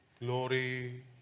Glory